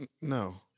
No